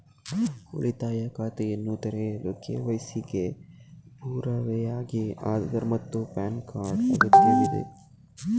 ಉಳಿತಾಯ ಖಾತೆಯನ್ನು ತೆರೆಯಲು ಕೆ.ವೈ.ಸಿ ಗೆ ಪುರಾವೆಯಾಗಿ ಆಧಾರ್ ಮತ್ತು ಪ್ಯಾನ್ ಕಾರ್ಡ್ ಅಗತ್ಯವಿದೆ